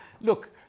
Look